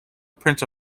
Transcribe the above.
prince